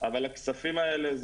אבל הכספים האלה,